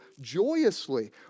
joyously